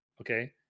okay